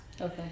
Okay